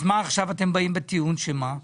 מה הטיעון שלכם עכשיו?